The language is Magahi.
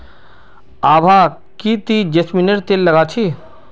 आभा की ती जैस्मिनेर तेल लगा छि